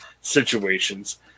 situations